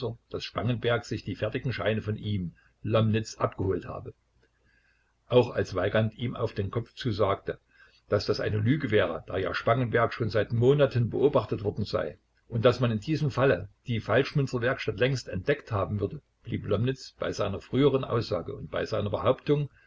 daß spangenberg sich die fertigen scheine von ihm lomnitz abgeholt habe auch als weigand ihm auf den kopf zusagte daß das eine lüge wäre da ja spangenberg schon seit monaten beobachtet worden sei und daß man in diesem falle die falschmünzerwerkstatt längst entdeckt haben würde blieb lomnitz bei seiner früheren aussage und bei seiner behauptung